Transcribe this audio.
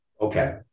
Okay